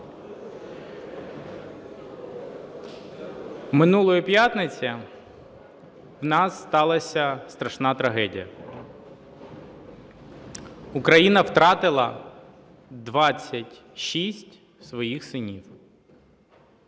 Минулої п'ятниці у нас сталася страшна трагедія. Україна втратила 26 своїх синів.